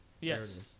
Yes